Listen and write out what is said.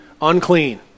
unclean